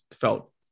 felt